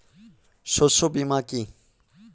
শস্য বীমা কি?